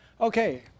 Okay